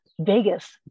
Vegas